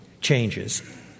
changes